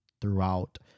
throughout